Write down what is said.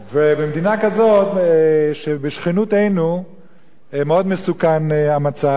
ובמדינה כזאת שבשכנותנו מאוד מסוכן המצב,